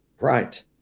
right